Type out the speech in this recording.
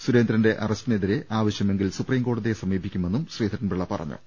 സുരേന്ദ്രന്റെ അറസ്റ്റിനെതിരെ ആവശ്യമെങ്കിൽ സൂപ്രീം കോടതിയെ സമീപിക്കുമെന്നും ശ്രീധരൻപിള്ള പറഞ്ഞു